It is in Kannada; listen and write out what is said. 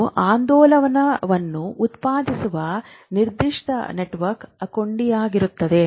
ಇದು ಆಂದೋಲನವನ್ನು ಉತ್ಪಾದಿಸುವ ನಿರ್ದಿಷ್ಟ ನೆಟ್ವರ್ಕ್ಗೆ ಕೊಂಡಿಯಾಗಿರುತ್ತದೆ